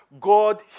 God